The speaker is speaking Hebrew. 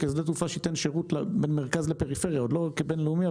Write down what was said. כשדה תעופה שייתן שרות בין מרכז לפריפריה ואפילו לא לבינלאומי.